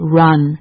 run